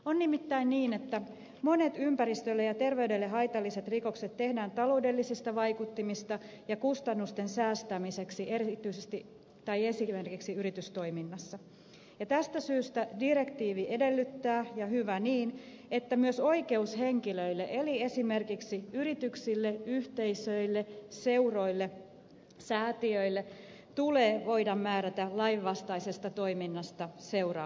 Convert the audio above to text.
on nimittäin niin että monet ympäristölle ja terveydelle haitalliset rikokset tehdään taloudellisista vaikuttimista ja kustannusten säästämiseksi esimerkiksi yritystoiminnassa ja tästä syystä direktiivi edellyttää ja hyvä niin että myös oikeushenkilöille eli esimerkiksi yrityksille yhteisöille seuroille säätiöille tulee voida määrätä lainvastaisesta toiminnasta seuraamuksia